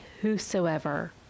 whosoever